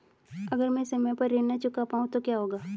अगर म ैं समय पर ऋण न चुका पाउँ तो क्या होगा?